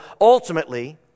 ultimately